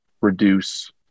reduce